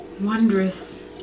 wondrous